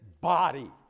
body